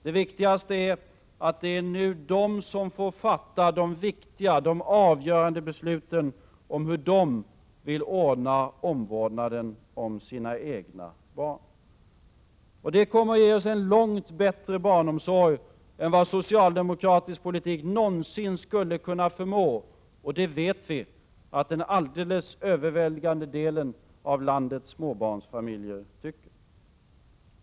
Det viktigaste är att det nu är de som får fatta de viktiga och avgörande besluten om hur de vill ordna omvårdnaden för sina egna barn. Det kommer att ge oss en långt bättre barnomsorg än vad socialdemokratisk politik någonsin skulle kunna förmå, och det vet vi att den alldeles övervägande delen av landets småbarnsfamiljer tycker.